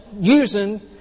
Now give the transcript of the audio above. using